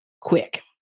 quick